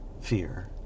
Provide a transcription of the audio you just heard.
fear